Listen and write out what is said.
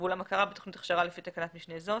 ואולם הכרה בתוכנית הכשרה לפי תקנת משנה זאת,